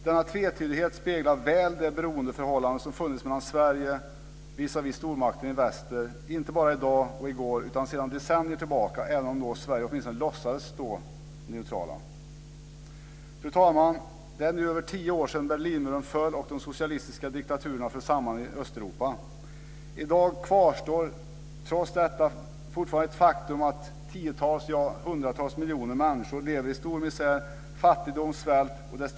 Denna tvetydighet speglar väl det beroendeförhållande som finns och funnits mellan Sverige och stormakten i väster inte bara i dag och i går utan sedan decennier tillbaka, även om Sverige då åtminstone låtsades stå neutralt. Fru talman! Det är nu över tio år sedan Berlinmuren föll och de socialistiska diktaturerna föll samman i Östeuropa. I dag kvarstår, trots detta, fortfarande det faktum att tiotals, ja hundratals, miljoner människor lever i stor misär, fattigdom och svält.